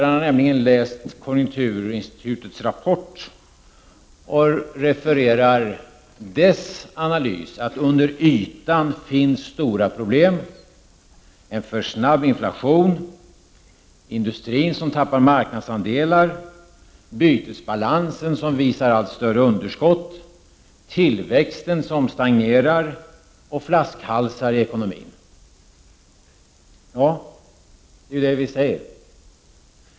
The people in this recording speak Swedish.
Han har nämligen läst konjunkturinstitutets rapport och refererar dess analys att det under ytan finns stora problem som medför en för snabb inflation, att industrin tappar marknadsandelar, att bytesbalansen visar allt större underskott, att tillväxten stagnerar och att det finns flaskhalsar i ekonomin. Det är ju precis det som vi säger.